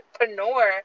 entrepreneur